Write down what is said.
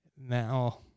now